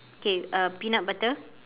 okay uh peanut butter